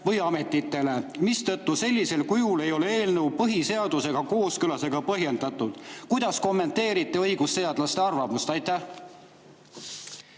või ametitele, mistõttu sellisel kujul ei ole eelnõu põhiseadusega kooskõlas ega põhjendatud. Kuidas kommenteerite õigusteadlaste arvamust? Aitäh,